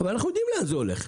אבל אנחנו יודעים לאן זה הולך.